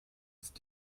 ist